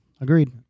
Agreed